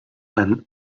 and